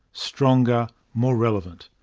stronger, more relevant.